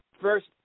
first